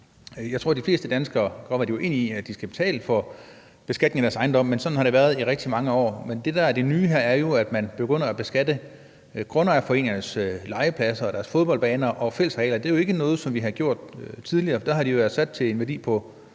Jeg tror, de fleste danskere godt kan være uenige i, at de skal betale for beskatning af deres ejendomme, men sådan har det været i rigtig mange år. Men det, der er det nye her, er jo, at man begynder at beskatte grundejerforeningers legepladser og deres fodboldbaner og fællesarealer. Det er ikke noget, som vi har gjort tidligere, for der har de været sat til en værdi på